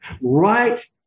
right